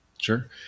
sure